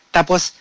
Tapos